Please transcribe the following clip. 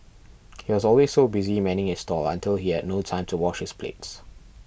he was always so busy manning his stall until he had no time to wash his plates